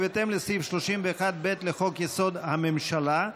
בהתאם לסעיף 31(ב) לחוק-יסוד: הממשלה,